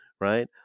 right